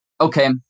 okay